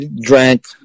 drank